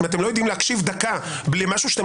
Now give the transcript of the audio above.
אם אתם לא יודעים להקשיב דקה בלי משהו שאתם